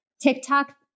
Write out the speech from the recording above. TikTok